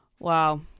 Wow